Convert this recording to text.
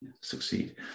succeed